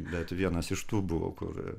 bet vienas iš tų buvau kur